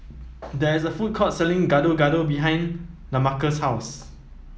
there is a food court selling Gado Gado behind Lamarcus' house